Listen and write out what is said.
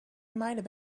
might